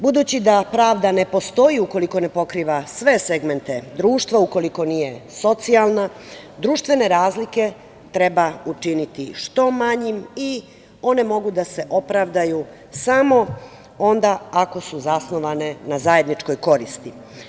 Budući da pravda ne postoji ukoliko ne pokriva sve segmente društva, ukoliko nije socijalna, društvene razlike treba učiniti što manjim i one mogu da se opravdaju samo onda ako su zasnovane na zajedničkoj koristi.